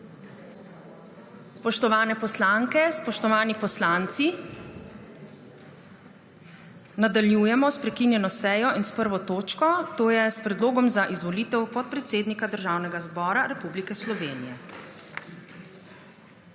Spoštovane poslanke, spoštovani poslanci, nadaljujemo s prekinjeno sejo in s 1. točko, to je Predlog za izvolitev podpredsednika Državnega zbora Republike Slovenije.